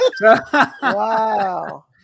Wow